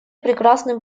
прекрасным